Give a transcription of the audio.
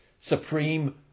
Supreme